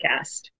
podcast